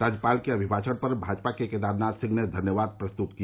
राज्यपाल के अभिभाषण पर भाजपा के केदारनाथ सिंह ने धन्यवाद प्रस्ताव प्रस्तुत किया